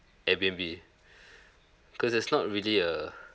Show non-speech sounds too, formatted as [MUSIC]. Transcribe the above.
airbnb [BREATH] because that's not really a